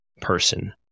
person